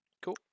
Cool